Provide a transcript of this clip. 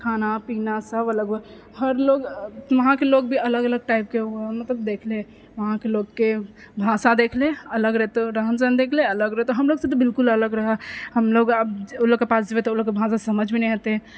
खाना पीना सब अलग हुअऽ हर लोग वहांँके लोग भी अलग अलग टाइपके हुअऽ मतलब देखले वहांँके लोगके भाषा देखले अलग रहतो रहन सहन देखले अलग रहतो हमलोग ओ लोगके पास जेबै तऽ ओ लोगके भाषा समझ नहि एतै